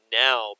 now